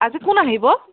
আজি কোন আহিব